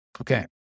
Okay